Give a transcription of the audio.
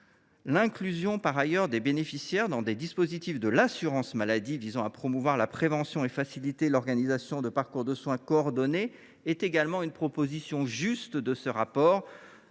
L’inclusion des bénéficiaires dans des dispositifs de l’assurance maladie visant à promouvoir la prévention et à faciliter l’organisation de parcours de soins coordonnés est une autre proposition bienvenue de ce rapport.